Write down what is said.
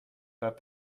pas